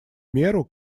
меру